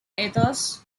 ethos